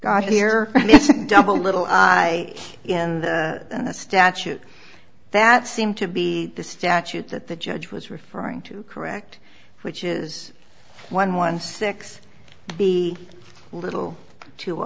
got here double little in the statute that seem to be the statute that the judge was referring to correct which is one one six b little two